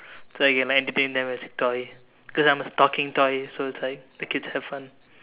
so I can entertain them as a toy because I'm a talking toy so is like the kids have fun